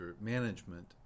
management